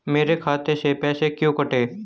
मेरे खाते से पैसे क्यों कटे?